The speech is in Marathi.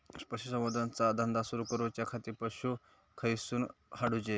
पशुसंवर्धन चा धंदा सुरू करूच्या खाती पशू खईसून हाडूचे?